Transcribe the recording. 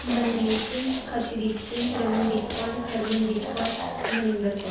Manveer Singh Harshdeep Singh Ramandeep Kaur Harmandeep Kaur Maninder Kaur